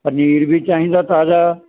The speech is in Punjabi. ਪਨੀਰ ਵੀ ਚਾਹੀਦਾ ਤਾਜ਼ਾ